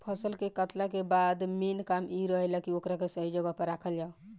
फसल के कातला के बाद मेन काम इ रहेला की ओकरा के सही जगह पर राखल जाव